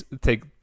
take